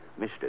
Mr